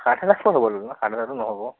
সাত হাজাৰত ক'ত হ'ব দাদা সাত হাজাৰতটো নহ'ব